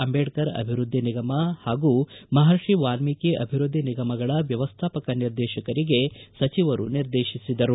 ಅಂಬೇಡ್ಕರ್ ಅಭಿವೃದ್ಧಿ ನಿಗಮ ಪಾಗೂ ಮಹರ್ಷಿ ವಾಲ್ಮೀಕಿ ಅಭಿವೃದ್ಧಿ ನಿಗಮಗಳ ವ್ಯವಸ್ಥಾಪಕ ನಿರ್ದೇಶಕರಿಗೆ ಸಚಿವರು ನಿರ್ದೇಶಿಸಿದರು